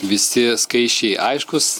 visi skaisčiai aiškūs